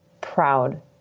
proud